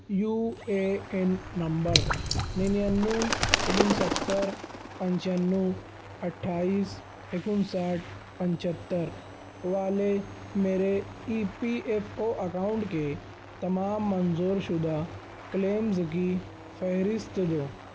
you A N number ننیانوے ستّر پچیانوے اٹھائیس ایک انسٹھ پچھتر والے میرے E P F O account کے تمام منظور شدہ کلیمز کی فہرست دو